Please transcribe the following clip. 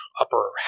upper